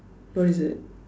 what is it